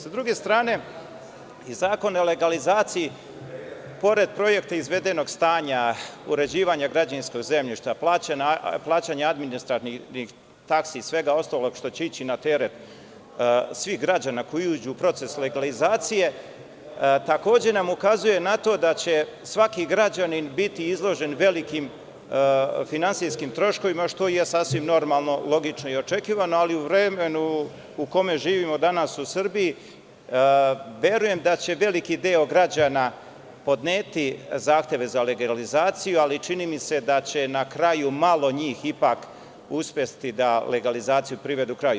Sa druge strane, zakon o legalizaciji, pored projekta izvedenog stanja, uređivanja građevinskog zemljišta, plaćanja administrativnih taksi i svega ostalog što će ići na teret svih građana koji uđu u proces legalizacije, takođe nam ukazuje na to da će svaki građanin biti izložen velikim finansijskim troškovima, što je sasvim normalno, logično i očekivano, ali u vremenu u kome živimo danas u Srbiji verujem da će veliki deo građana podneti zahteve za legalizaciju, ali čini mi se da će na kraju malo njih ipak uspeti da legalizaciju privede kraju.